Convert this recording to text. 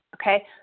Okay